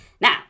Now